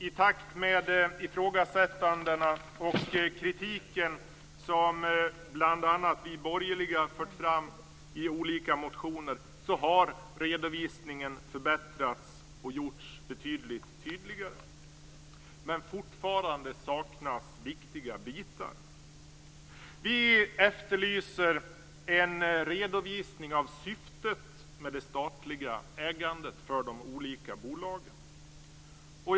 I takt med ifrågasättandet och kritiken som bl.a. vi borgerliga fört fram i olika motioner har redovisningarna förbättrats och gjorts betydligt tydligare. Men fortfarande saknas viktiga bitar. Vi efterlyser en redovisning av syftet med det statliga ägandet för de olika bolagen.